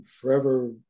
forever